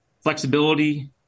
flexibility